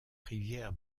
rivière